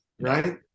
right